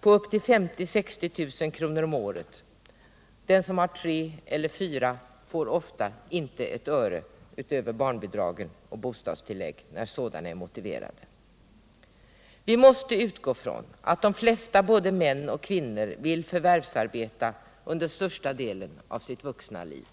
på 50 000 å 60 000 kr. om året, och den som har tre eller fyra barn får ofta inte ett öre utöver barnbidrag och bostadstillägg, när sådana är motiverade. Vi måste utgå från att de flesta både män och kvinnor vill förvärvsarbeta under största delen av sitt vuxna liv.